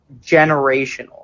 generational